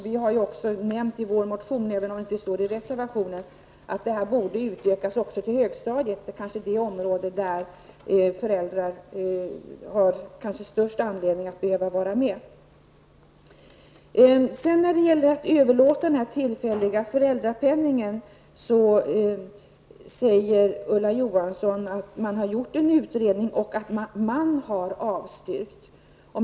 Vi har sagt i motionen men inte tagit upp det i reservationen att detta förslag även borde gälla högstadiet, där föräldrarna kanske har den största anledningen att vara med i skolarbetet. I frågan om rätten att överlåta den tillfälliga föräldrapenningen sade Ulla Johansson att det har gjorts en utredning och att ''man'' hade avstyrkt detta förslag.